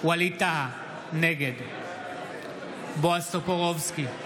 ווליד טאהא, נגד בועז טופורובסקי,